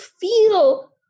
feel